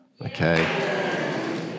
Okay